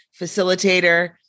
facilitator